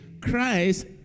Christ